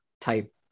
type